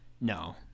no